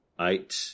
eight